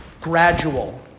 gradual